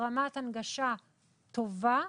רמת הנגשה טובה,